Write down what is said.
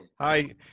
Hi